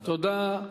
תודה.